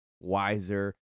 wiser